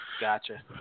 gotcha